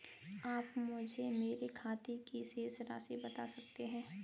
आप मुझे मेरे खाते की शेष राशि बता सकते हैं?